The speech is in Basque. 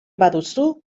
baduzu